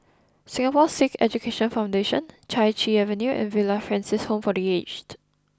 Singapore Sikh Education Foundation Chai Chee Avenue and Villa Francis Home for the aged